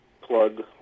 plug